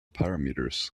parameters